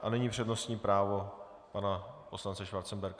A nyní přednostní právo pana poslance Schwarzenberga.